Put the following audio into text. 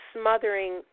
smothering